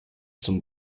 zum